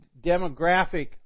demographic